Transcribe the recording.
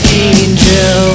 angel